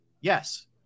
Yes